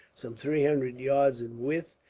some three hundred yards in width.